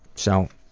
so,